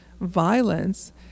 violence